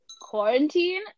Quarantine